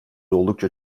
oldukça